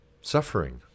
Suffering